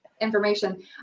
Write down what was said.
information